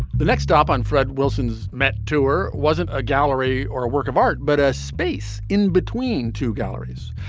the next up on fred wilson's met tour wasn't a gallery or a work of art but a space in between two galleries.